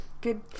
good